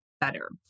better